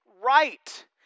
right